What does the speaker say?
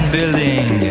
Building